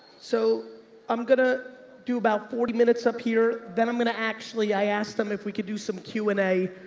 so i'm gonna do about forty minutes up here. then i'm going to actually, i asked them if we could do some q and a.